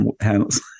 handles